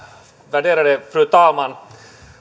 värderade fru talman